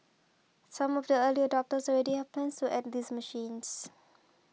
some of the early adopters already have plans to add these machines